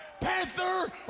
Panther